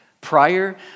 prior